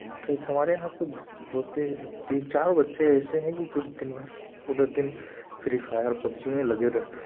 थे कि हमारे यहाँ के दो ती तीन चार बच्चे ऐसे हैं कि जो दिनभर पूरे दिन फ्री फायर पब्जी में लगे रहते हैं